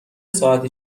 ساعتی